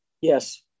Yes